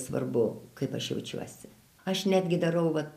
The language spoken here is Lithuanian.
svarbu kaip aš jaučiuosi aš netgi darau vat